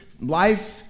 life